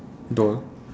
door